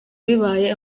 bibaye